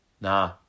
nah